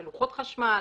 בלוחות חשמל,